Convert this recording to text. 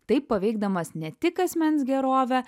taip paveikdamas ne tik asmens gerovę